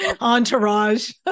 entourage